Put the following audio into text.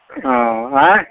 ओ आँय